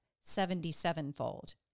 seventy-sevenfold